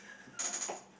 yeah